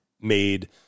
made